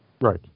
right